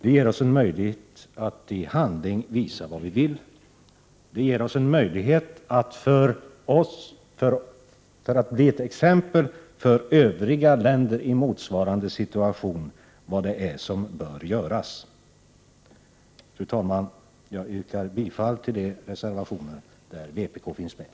Det ger oss en möjlighet att i handling visa vad vi vill och bli ett exempel för övriga länder i motsvarande situation. Fru talman! Jag yrkar bifall till de reservationer som vpk står bakom.